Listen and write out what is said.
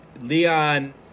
Leon